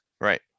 right